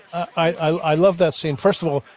i love that scene. first of all,